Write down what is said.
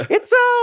It's-a